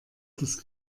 das